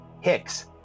Hicks